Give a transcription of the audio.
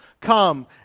come